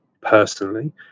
personally